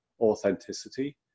authenticity